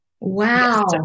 Wow